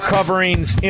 Coverings